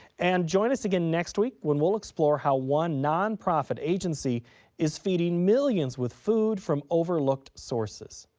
and join us again next week when we'll explore how one non-profit agency is feeding millions with food from overlooked sources.